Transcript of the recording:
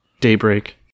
daybreak